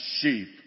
sheep